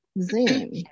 Zoom